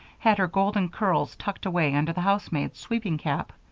had her golden curls tucked away under the housemaid's sweeping cap.